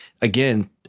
again